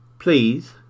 Please